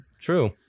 true